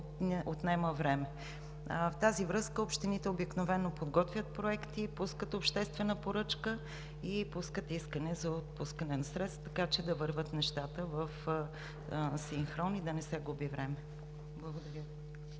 В тази връзка общините обикновено подготвят проекти, пускат обществена поръчка и пускат искане за отпускане на средства, така че да вървят нещата в синхрон и да не се губи време. Благодаря.